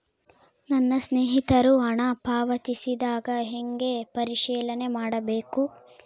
ನನ್ನ ಸ್ನೇಹಿತರು ಹಣ ಪಾವತಿಸಿದಾಗ ಹೆಂಗ ಪರಿಶೇಲನೆ ಮಾಡಬೇಕು?